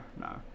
no